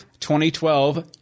2012